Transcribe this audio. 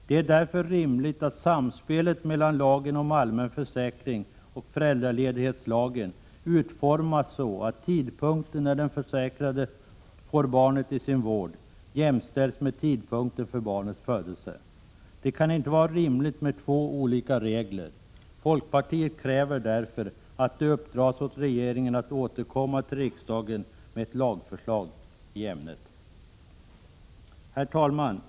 Det är därför rimligt att samspelet mellan lagen om allmän försäkring och föräldraledighetslagen utformas så att tidpunkten när den försäkrade får barnet i sin vård jämställs med tidpunkten för barnets födelse. Det kan inte vara rimligt med två olika regler. Folkpartiet kräver därför att det uppdras åt regeringen att återkomma till riksdagen med ett lagförslag i ämnet. Herr talman!